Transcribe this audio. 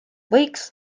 võiks